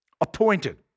appointed